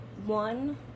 One